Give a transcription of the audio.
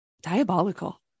diabolical